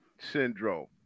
syndrome